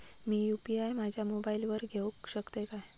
मी UPI माझ्या मोबाईलावर घेवक शकतय काय?